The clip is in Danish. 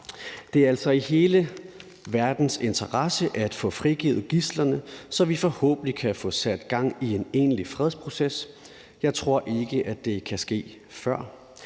Det er altså i hele verdens interesse at få frigivet gidslerne, så vi forhåbentlig kan få sat gang i en egentlig fredsproces. Jeg tror ikke, at det kan ske før,